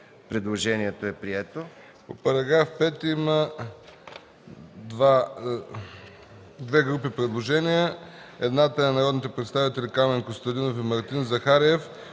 Предложението е прието.